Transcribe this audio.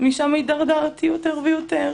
ומשם הידרדרתי יותר ויותר